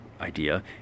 idea